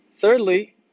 thirdly